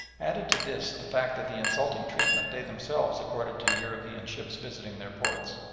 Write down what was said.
added to this the fact that the insulting treatment they themselves accorded to european ships visiting their ports,